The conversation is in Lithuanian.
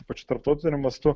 ypač tarptautiniu mastu